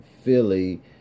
Philly